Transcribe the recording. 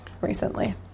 recently